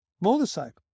motorcycle